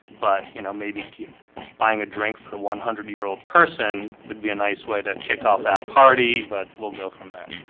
but you know, maybe buying a drink for the one hundred year old person would be a nice way to kick off that party, but we'll go from there